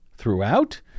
Throughout